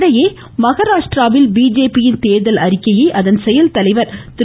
இதனிடையே மகாராஷ்ட்ராவில் பிஜேபியின் தேர்தல் அறிக்கையை அதன் செயல்தலைவர் திரு